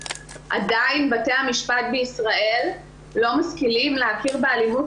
עדיין בתי המשפט בישראל לא משכילים להכיר באלימות